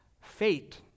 fate